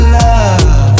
love